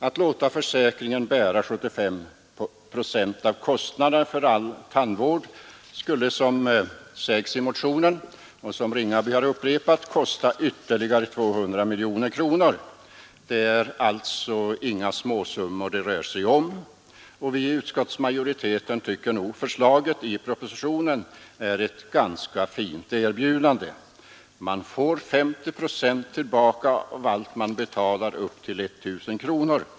Att låta försäkringen bära 75 procent av kostnaderna för all tandvård skulle — som sägs i motionen och som herr Ringaby har upprepat — kosta ytterligare 200 miljoner kronor. Det är alltså inga småsummor det rör sig om. Vi i utskottsmajoriteten tycker nog att förslaget i propositionen är ett ganska fint erbjudande. Man får 50 procent tillbaka av allt man betalar upp till 1 000 kronor.